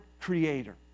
creator